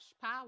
power